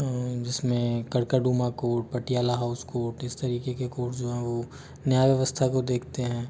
जिसमें Karkardooma court Patiala house court इस तरीके के कोर्ट जो है वो न्याय व्यवस्था को देखते है